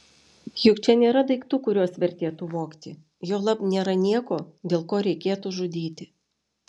juk čia nėra daiktų kuriuos vertėtų vogti juolab nėra nieko dėl ko reikėtų žudyti